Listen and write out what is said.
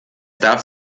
darf